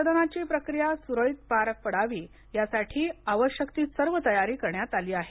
मतदानाची प्रक्रिया सुरळीत पार पडावी यासाठी आवश्यक ती सर्व तयारी करण्यात आली आहे